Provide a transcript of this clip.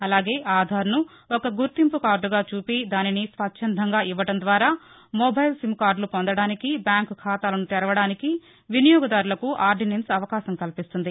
అలాగే ఆధార్ను ఒక గుర్తింపు కార్డుగా చూపి దానిని స్వచ్చందంగా ఇవ్వడం ద్వారా మొబైల్ సిమ్ కార్డులు పొందడానికి బ్యాంకు ఖాతాలను తెరవడానికి వినియోగదారులకు ఆర్దినెన్స్ అవకాశం కల్పిస్తుంది